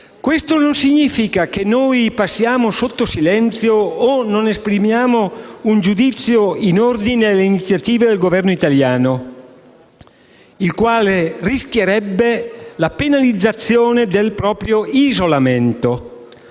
Questo non significa che noi passiamo sotto silenzio, o non esprimiamo un giudizio in ordine alle iniziative del Governo italiano, il quale deve evitare la penalizzazione dell'isolamento.